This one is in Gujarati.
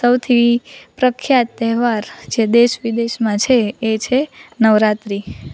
સૌથી પ્રખ્યાત તહેવાર જે દેશ વિદેશમાં છે એ છે નવરાત્રિ